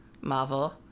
Marvel